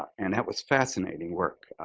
and that was fascinating work.